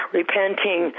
repenting